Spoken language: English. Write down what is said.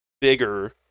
bigger